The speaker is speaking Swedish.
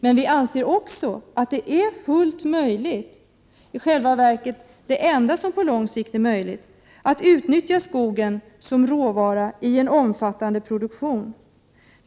Men vi anser också att det är fullt möjligt, och på lång sikt det enda som över huvud taget är möjligt, att utnyttja skogen som råvara i en omfattande produktion.